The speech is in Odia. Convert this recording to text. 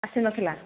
ଆସି ନ ଥିଲା